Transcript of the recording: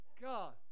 God